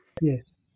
yes